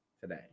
today